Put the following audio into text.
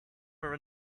more